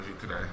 today